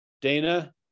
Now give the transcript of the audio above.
Dana